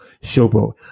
Showboat